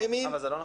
זה לא נכון.